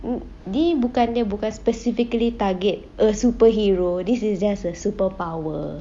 mm dia bukan dia bukan specifically target a superhero this is just a superpower